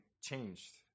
changed